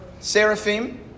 seraphim